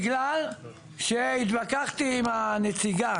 בגלל שהתווכחתי עם הנציגה.